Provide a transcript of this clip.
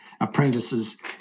apprentices